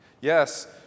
Yes